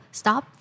stop